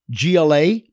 GLA